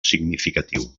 significatiu